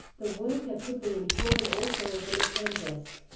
the worker could be employed also as an apprentice.